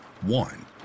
one